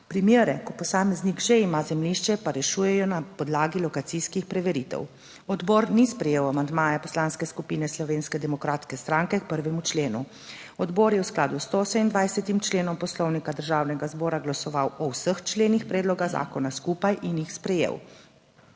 Primere, ko posameznik že ima zemljišče, pa rešujejo na podlagi lokacijskih preveritev. Odbor ni sprejel amandmaja Poslanske skupine Slovenske demokratske stranke k 1. členu. Odbor je v skladu s 127 členom Poslovnika Državnega zbora glasoval o vseh členih predloga zakona skupaj in jih sprejel.